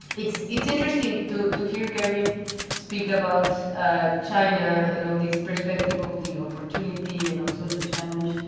it's it's interesting to to hear kevin speak about china and all these perspective of the opportunity and also the challenge.